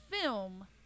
film